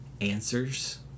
answers